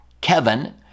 Kevin